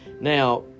Now